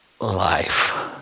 life